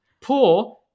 Poor